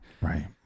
Right